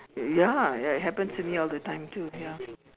ya ya it happens to me all the time too ya